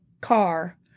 car